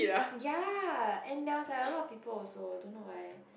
ya there was like a lot of people also don't know why